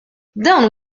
dan